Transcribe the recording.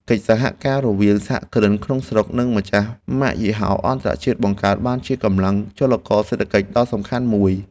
កិច្ចសហការរវាងសហគ្រិនក្នុងស្រុក និងម្ចាស់ម៉ាកយីហោអន្តរជាតិបង្កើតបានជាកម្លាំងចលករសេដ្ឋកិច្ចដ៏សំខាន់មួយ។